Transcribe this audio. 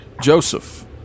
Joseph